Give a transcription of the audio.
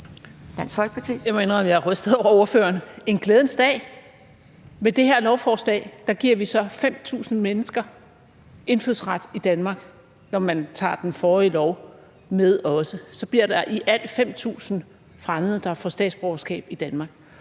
Jeg må indrømme, at jeg er rystet over ordføreren. En glædens dag? Med det her lovforslag giver vi 5.000 mennesker indfødsret i Danmark – når man tager den forrige lov med, er der i alt 5.000 fremmede, der får statsborgerskab i Danmark.